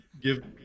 give